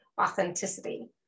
authenticity